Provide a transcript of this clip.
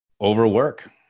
Overwork